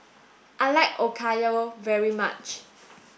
I like Okayu very much